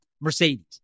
Mercedes